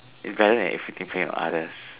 it's better than inflicting pain on others